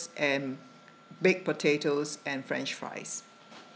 and baked potatoes and french fries